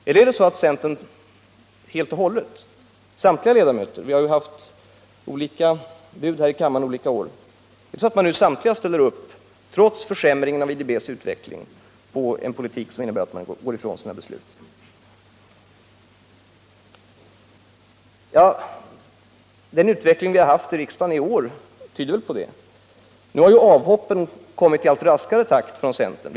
Eller är det så att centern helt och hållet, samtliga ledamöter — vi har ju haft olika bud här i kammaren under olika år — trots försämringen av IDB:s utveckling ställer upp på en politik som innebär att man går ifrån sina tidigare beslut? Den utveckling vi har haft i riksdagen i år tyder väl på det. Nu har ju avhoppen kommit i allt raskare takt från centern.